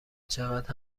چقدر